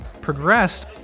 progressed